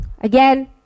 Again